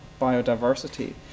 biodiversity